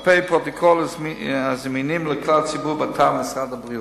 פרוטוקול הזמינים לכלל הציבור באתר משרד הבריאות.